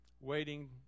waiting